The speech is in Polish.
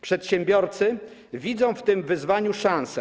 Przedsiębiorcy widzą w tym wyzwaniu szansę.